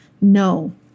no